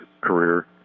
career